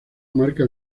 marca